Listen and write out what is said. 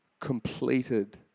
completed